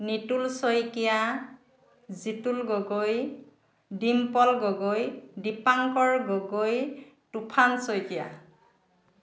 Nitul Saikia Jitul Gogoi Dimple Gogoi Dipankar Gogoi Tufan Saikia